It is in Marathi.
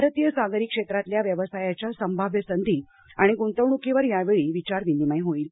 भारतीय सागरी क्षेत्रातल्या व्यवसायाच्या संभाव्य संधी आणि गुंतवणुकीवर यावेळी विचार विनिमय होईल